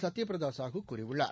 சத்யபிரதசாகுகூறியுள்ளார்